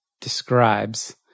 describes